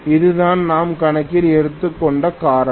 அதுதான் நாம் கணக்கில் எடுத்துக்கொண்ட காரணம்